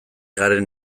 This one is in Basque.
garen